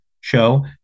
show